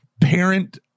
parent